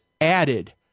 added